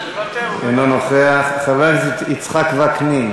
אינו נוכח, חבר הכנסת יצחק וקנין